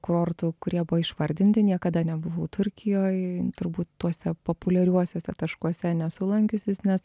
kurortų kurie buvo išvardinti niekada nebuvau turkijoj turbūt tuose populiariuosiuose taškuose nesu lankiusis nes